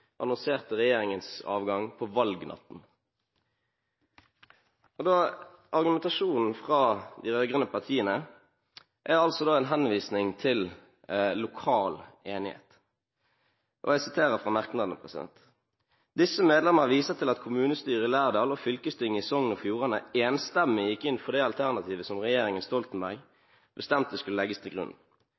annonserte regjeringens avgang på valgnatten. Argumentasjonen fra de rød-grønne partiene er en henvisning til lokal enighet. Jeg siterer fra merknadene: «Disse medlemmer viser til at kommunestyret i Lærdal og fylkestinget i Sogn og Fjordane enstemmig gikk inn for det alternativet som regjeringen Stoltenberg bestemte skulle legges til grunn.